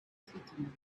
speaking